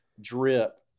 drip